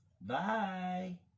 Bye